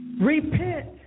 Repent